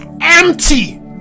empty